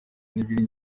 n’ibiri